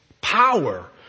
power